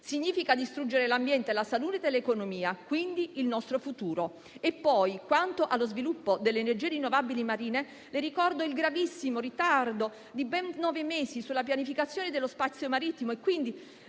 significa distruggere l'ambiente, la salute e l'economia, quindi il nostro futuro. Quanto poi allo sviluppo delle energie rinnovabili marine, ricordo il gravissimo ritardo (di ben nove mesi) nella pianificazione dello spazio marittimo e quindi